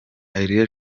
areruya